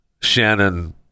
shannon